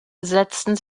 setzten